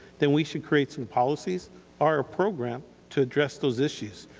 then we should create some policies or a program to address those issues.